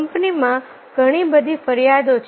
કંપનીમાં ઘણી બધી ફરિયાદો છે